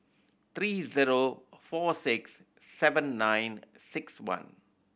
three zero four six seven nine six one